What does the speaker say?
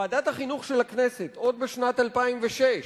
ועדת החינוך של הכנסת, עוד בשנת 2006,